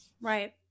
Right